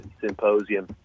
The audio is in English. symposium